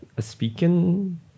speaking